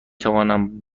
توانم